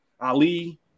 ali